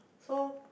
so